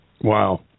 Wow